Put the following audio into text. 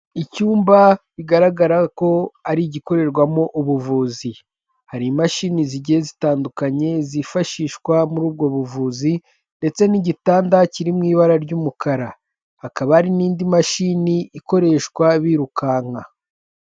Icyumba bigaragara ko ari igikorerwamo ubuvuzi. Hari imashini zigiye zitandukanye zifashishwa muri ubwo buvuzi ndetse n'igitanda kiri mu ibara ry'umukara. Hakaba hari n'indi mashini ikoreshwa birukanka.